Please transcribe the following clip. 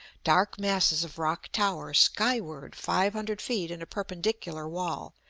dark masses of rock tower skyward five hundred feet in a perpendicular wall,